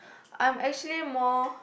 I actually more